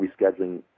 rescheduling